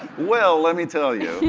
well, let me tell yeah you.